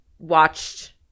Watched